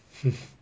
!huh!